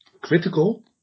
Critical